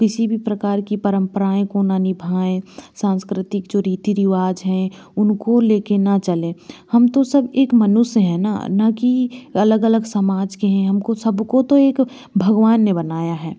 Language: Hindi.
किसी भी प्रकार की परम्पराएँ को न निभाएँ सांस्कृतिक जो रीति रिवाज है उनको लेकर न चले हम तो सब एक मनुष्य है न ना कि अलग अलग समाज के हैं हमको सबको तो एक भगवान ने बनाया है